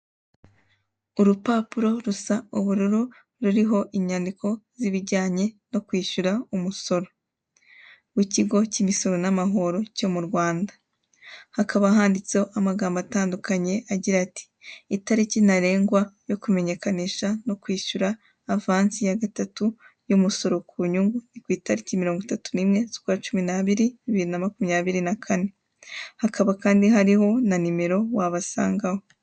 Urupapuro rusa ubururu ruriho inyandiko z'ibijyanye no kwishyura umusoro, w'ikigo cy'imisoro n'amahoro cyo mu Rwanda. Hakaba handitseho amagambo atandukanye agira ati: <<italiki ntarengwa yo kumenyekanisha no kwishyura avansi ya gatatu y'umusoro ku nyungu ni ku italiki mirongo itatu n'imwe z'ukwa cumi n'abiri, bibiri na makumyabiri na kane, hakaba kandi hariho na nimero wabasangaho.